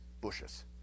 bushes